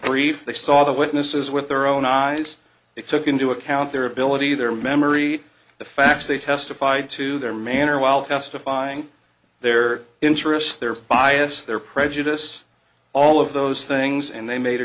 brief they saw the witnesses with their own eyes it took into account their ability their memory the facts they testified to their manner while testifying their interests their bias their prejudice all of those things and they made a